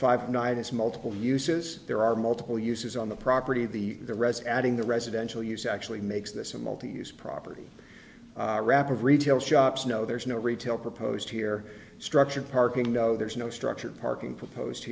five night has multiple uses there are multiple uses on the property the the rez adding the residential use actually makes this a multi use property rap of retail shops no there's no retail proposed here structure parking no there's no structured parking proposed